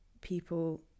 people